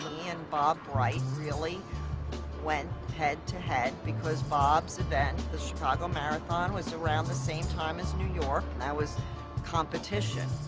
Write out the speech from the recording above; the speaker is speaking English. and bob bright really went head-to-head, because bob's event, the chicago marathon, was around the same time as new york. and that was competition.